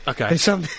Okay